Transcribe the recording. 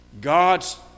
God's